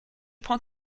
prends